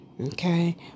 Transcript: Okay